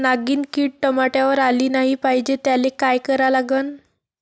नागिन किड टमाट्यावर आली नाही पाहिजे त्याले काय करा लागन?